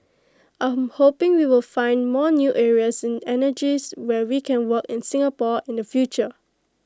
I'm hoping we will find more new areas in energies where we can work in Singapore in the future